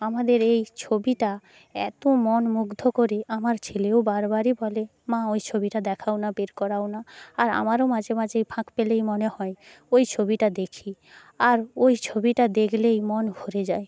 আমাদের এই ছবিটা এত মন মুগ্ধ করে আমার ছেলেও বারবারই বলে মা ওই ছবিটা দেখাও না বের করাও না আর আমারও মাঝে মাঝে ফাঁক পেলেই মনে হয় ওই ছবিটা দেখি আর ওই ছবিটা দেখলেই মন ভরে যায়